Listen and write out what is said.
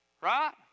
Right